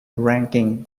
ranking